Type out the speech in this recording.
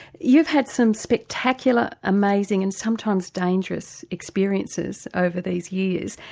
you've had some spectacular, amazing and sometimes dangerous experiences over these years,